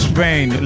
Spain